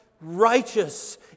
righteous